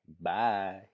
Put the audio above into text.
Bye